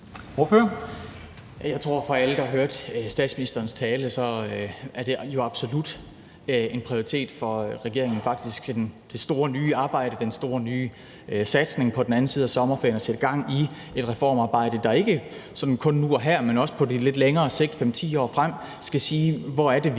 det gælder for alle, der hørte statsministerens tale: Det er absolut en prioritet for regeringen – faktisk det store nye arbejde, den store nye satsning – på den anden side af sommerferien at sætte gang i et reformarbejde, der ikke sådan kun nu og her, men også på lidt længere sigt, 5-10 år frem, skal sige, hvor det er, vi